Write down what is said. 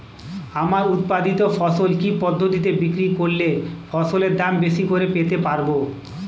আমার উৎপাদিত ফসল কি পদ্ধতিতে বিক্রি করলে ফসলের দাম বেশি করে পেতে পারবো?